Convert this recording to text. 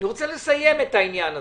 אני רוצה לסיים את העניין הזה.